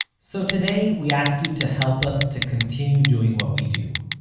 so today, we ask you to help us to continue doing what we do.